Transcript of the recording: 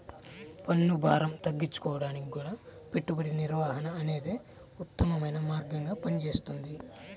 పన్నుభారం తగ్గించుకోడానికి గూడా పెట్టుబడి నిర్వహణ అనేదే ఉత్తమమైన మార్గంగా పనిచేస్తది